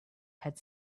had